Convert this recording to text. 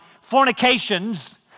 Fornications